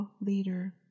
leader